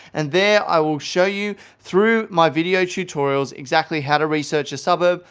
and there, i will show you through my video tutorials exactly how to research a suburb,